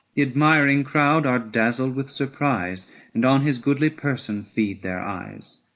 admiring crowd are dazzled with surprise and on his goodly person feed their eyes.